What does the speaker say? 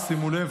שימו לב,